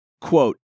quote